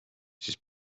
siis